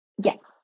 Yes